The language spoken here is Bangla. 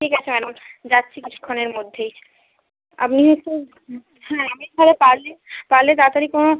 ঠিক আছে ম্যাডাম যাচ্ছি কিছুক্ষণের মধ্যেই আপনি নিশ্চয়ই হ্যাঁ আমি তাহলে পারলে পারলে তাড়াতাড়ি কোনো